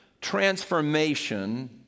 transformation